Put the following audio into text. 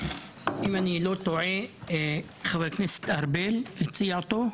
אם אינני טועה, חבר הכנסת ארבל הציע אותו.